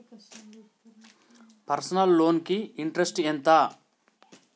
Personal loan కి interest ఎంత?